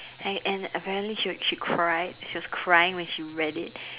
and and apparently she she cried she was crying when she read it